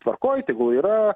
tvarkoj tegul yra